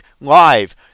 Live